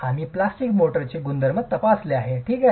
आम्ही प्लॅस्टिक मोर्टारचे गुणधर्म तपासले आहेत ठीक आहे